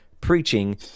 preaching